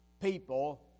people